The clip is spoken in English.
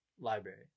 Library